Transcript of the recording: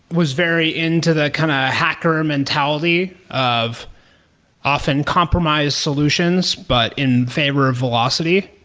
was very into the kind of hacker mentality of often compromise solutions, but in favor of velocity,